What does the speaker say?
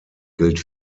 gilt